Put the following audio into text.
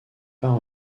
pas